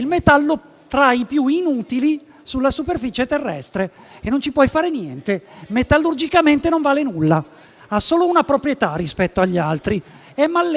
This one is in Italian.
metalli più inutili sulla superficie terrestre e non ci si può fare niente. Metallurgicamente non vale nulla; ha solo una proprietà rispetto agli altri: è malleabile